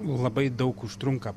labai daug užtrunka